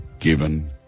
given